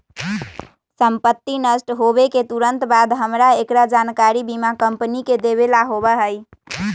संपत्ति नष्ट होवे के तुरंत बाद हमरा एकरा जानकारी बीमा कंपनी के देवे ला होबा हई